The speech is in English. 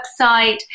website